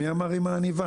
מי אמר עם העניבה?